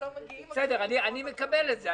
אני מקבל את זה,